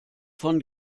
von